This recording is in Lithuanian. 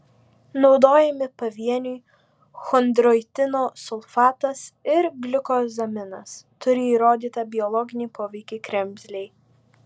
naudojami pavieniui chondroitino sulfatas ir gliukozaminas turi įrodytą biologinį poveikį kremzlei